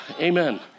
Amen